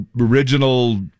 original